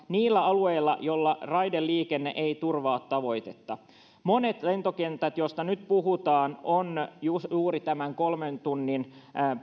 niillä alueilla joilla raideliikenne ei turvaa tavoitetta monet lentokentät joista nyt puhutaan ovat juuri tämän kolmen tunnin